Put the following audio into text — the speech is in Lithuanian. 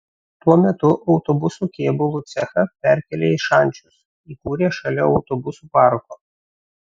tuo metu autobusų kėbulų cechą perkėlė į šančius įkūrė šalia autobusų parko